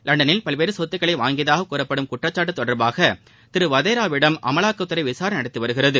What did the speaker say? லண்டனில் பல்வேறு சொத்துக்களை வாங்கியதாக கூறப்படும் குற்றச்சாட்டு தொடர்பாக திரு வதேராவிடம் அமலாக்கத்துறை விசாரணை நடத்தி வருகிறது